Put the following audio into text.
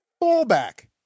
fullback